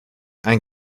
ein